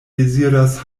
deziras